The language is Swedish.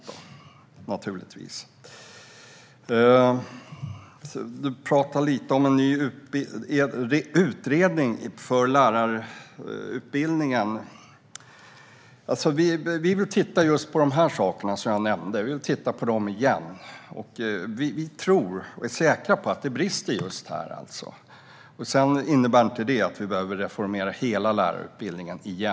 Betty Malmberg nämnde en ny utredning av lärarutbildningen. Vi vill titta igen på just de sakerna som jag nämnde. Vi är säkra på att det brister just där. Det innebär inte att vi återigen behöver reformera hela lärarutbildningen.